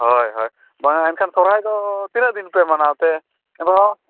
ᱦᱚᱭ ᱦᱚᱭ ᱵᱟᱝᱼᱟ ᱮᱱᱠᱷᱟᱱ ᱥᱚᱦᱚᱨᱟᱭᱫᱚ ᱛᱤᱱᱟᱹᱜ ᱫᱤᱱᱯᱮ ᱢᱟᱱᱟᱣᱛᱮ ᱮᱱᱦᱚᱸ